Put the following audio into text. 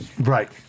Right